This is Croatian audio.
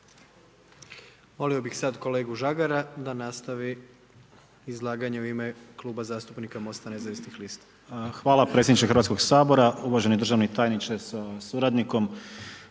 Molio bih sad kolegu Žagara da nastavi izlaganje u ime Kluba zastupnika Mosta nezavisnih lista. **Žagar, Tomislav (Nezavisni)** Hvala predsjedniče Hrvatskog sabora, uvaženi državni tajniče sa suradnikom,